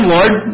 Lord